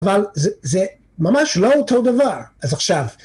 אבל זה ממש לא אותו דבר, אז עכשיו...